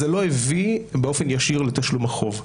זה לא הביא באופן ישיר לתשלום החוב.